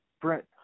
Brett